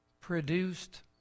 produced